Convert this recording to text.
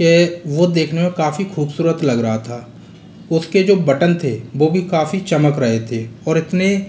के वह देखने में काफ़ी खूबसूरत लग रहा था उसके जो बटन थे वह भी काफ़ी चमक रहे थे और इतने